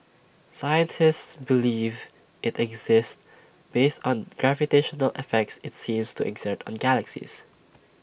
scientists believe IT exists based on gravitational effects IT seems to exert on galaxies